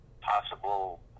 possible